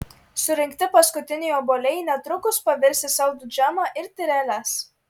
surinkti paskutiniai obuoliai netrukus pavirs į saldų džemą ir tyreles